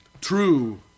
True